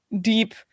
deep